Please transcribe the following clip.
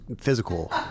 physical